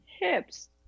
hips